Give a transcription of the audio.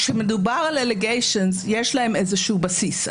כשמדובר על allegations, יש להם איזשהו בסיס.